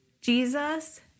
Jesus